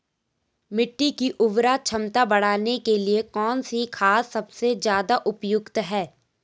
मिट्टी की उर्वरा क्षमता बढ़ाने के लिए कौन सी खाद सबसे ज़्यादा उपयुक्त है?